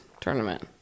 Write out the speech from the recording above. Tournament